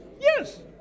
Yes